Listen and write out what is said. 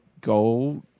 go